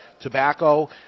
tobacco